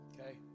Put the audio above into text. okay